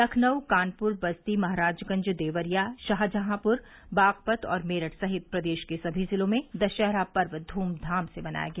लखनऊ कानपुर बस्ती महराजगंज देवरिया शाहजहांप्र बागपत और मेरठ सहित प्रदेश के सभी जिलों में दशहरा पर्व ध्मधाम से मनाया गया